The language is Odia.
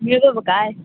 କିଏ ଦେବ କାଏ